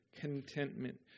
Contentment